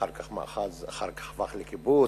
אחר כך הפך לקיבוץ,